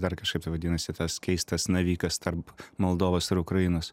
dar kažkaip tai vadinasi tas keistas navikas tarp moldovos ir ukrainos